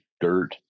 dirt